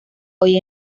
hoy